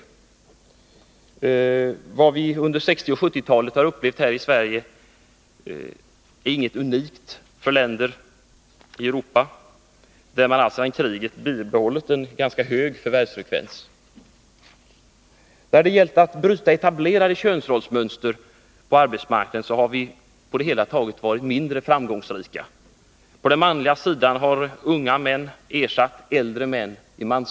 Vad vi under 1960 och 1970-talen har upplevt i Sverige är inget unikt för de europeiska länderna, där man alltsedan världskriget bibehållit en ganska hög förvärvsfrekvens. När det gällt att bryta etablerade könsrollsmönster på arbetsmarknaden har vi på det hela taget varit mindre framgångsrika. I mansdominerade yrken har äldre män ersatts av unga män.